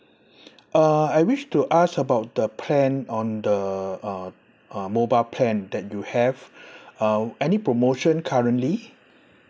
uh I wish to ask about the plan on the uh uh mobile plan that you have uh any promotion currently